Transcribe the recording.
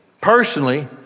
personally